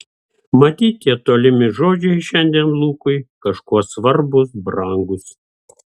matyt tie tolimi žodžiai šiandien lukui kažkuo svarbūs brangūs